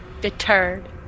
Deterred